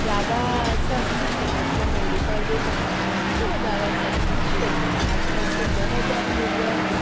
ज़्यादा सस्ती थी मतलब मेडिकल जो संस्थाएं थी वो ज़्यादा सस्ती थी लेकिन आज कल तो बहुत ज़्यादा हो गया है